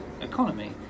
economy